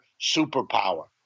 superpower